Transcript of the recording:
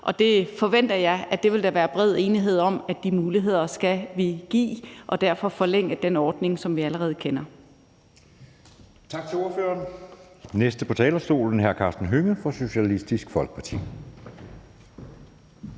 og jeg forventer, at der vil være bred enighed om, at vi skal give de muligheder og derfor forlænge den ordning, som vi allerede kender.